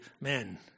men